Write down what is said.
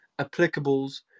applicables